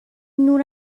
نور